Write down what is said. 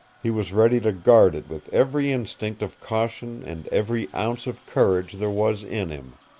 he was ready to guard it with every instinct of caution and every ounce of courage there was in him.